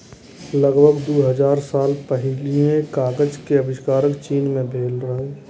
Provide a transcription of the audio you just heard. लगभग दू हजार साल पहिने कागज के आविष्कार चीन मे भेल रहै